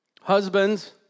Husbands